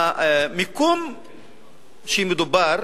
המקום שמדובר